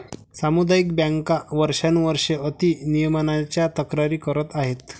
सामुदायिक बँका वर्षानुवर्षे अति नियमनाच्या तक्रारी करत आहेत